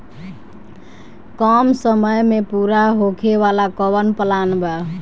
कम समय में पूरा होखे वाला कवन प्लान बा?